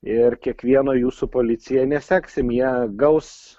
ir kiekvieno jų su policija neseksim jie gaus